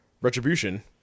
retribution